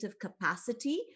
capacity